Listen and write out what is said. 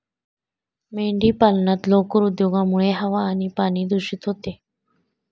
मेंढीपालनात लोकर उद्योगामुळे हवा आणि पाणी दूषित होते